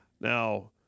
Now